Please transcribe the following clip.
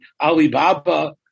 Alibaba